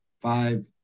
five